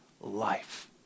life